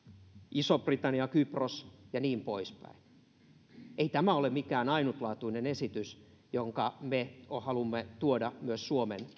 iso britannia kypros ja niin poispäin ei tämä ole mikään ainutlaatuinen esitys jonka me haluamme tuoda myös suomen